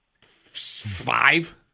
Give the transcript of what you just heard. Five